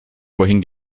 vorhin